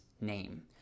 name